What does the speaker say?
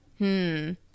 -hmm